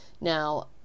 Now